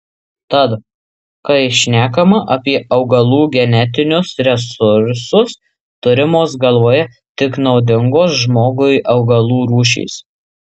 tad kai šnekama apie augalų genetinius resursus turimos galvoje tik naudingos žmogui augalų rūšys